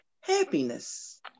happiness